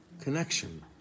connection